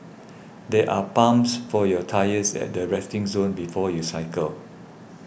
there are pumps for your tyres at the resting zone before you cycle